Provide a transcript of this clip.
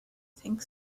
think